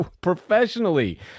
professionally